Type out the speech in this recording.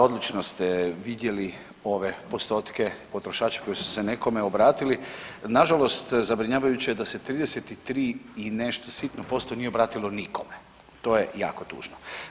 Odlično ste vidjeli ove postotke potrošače koji su se nekome obratili, nažalost zabrinjavajuće je da se 33 i nešto sitno posto nije obratilo nikome, to je jako tužno.